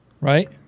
right